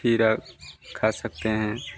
खीरा खा सकते हैं